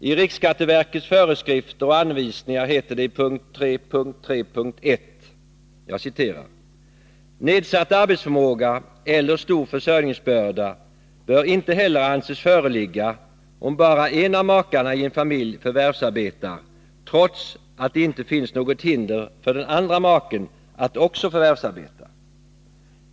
I riksskatteverkets föreskrifter och anvisningar heter det i punkt 3.3.1: ”Nedsatt arbetsförmåga eller stor försörjningsbörda bör inte heller anses föreligga om bara en av makarna i en familj förvärvsarbetar, trots att det inte finns något hinder för den andra maken att också förvärvsarbeta.